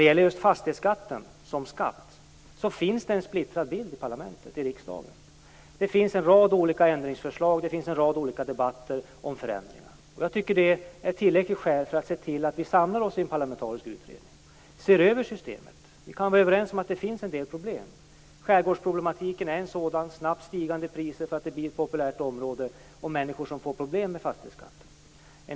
Vad gäller fastighetsskatten som skatt finns det en splittrad bild i riksdagen. Det finns en rad olika ändringsförslag och debatter om förändringar. Jag tycker att det är tillräckligt skäl för att vi skall samla oss till en parlamentarisk utredning som ser över systemet. Vi kan vara överens om att det finns en del problem. Skärgårdsproblematiken är en sådan. Snabbt stigande priser när ett område blir populärt gör att människor får problem med fastighetsskatten.